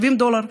70 דולר,